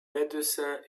médecins